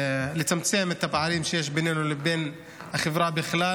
לצמצם את הפערים שיש בינינו לבין החברה בכלל.